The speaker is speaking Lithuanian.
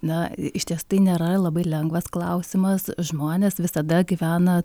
na išties tai nėra labai lengvas klausimas žmonės visada gyvena